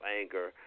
anger